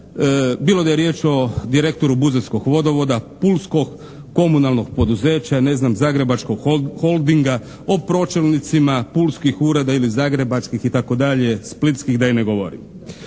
bilo da je riječ o direktoru buzetskog vodovoda, pulskog komunalnog poduzeća, neznam zagrebačkog holdinga, o pročelnicima pulskih ureda ili zagrebačkih itd., splitskih, da ih ne govorim.